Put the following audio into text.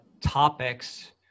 topics